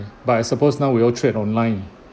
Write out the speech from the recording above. but I suppose now we all trade online